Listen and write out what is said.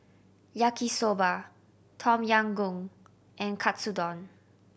Yaki Soba Tom Yam Goong and Katsudon